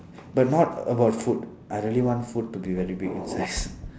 but not about food I really want food to be very big in size